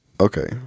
Okay